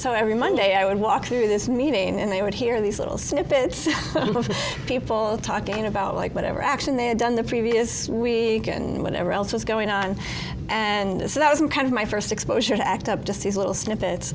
so every monday i would walk through this meeting and they would hear these little snippets of people talking about like whatever action they had done the previous week and whatever else was going on and so that wasn't kind of my first exposure to act up just these little snippets